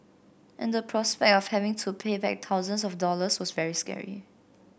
and the prospect of having to pay back thousands of dollars was very scary